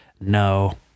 no